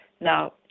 Now